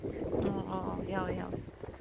ꯑꯣ ꯑꯣ ꯑꯣ ꯌꯥꯎꯋꯦ ꯌꯥꯎꯋꯦ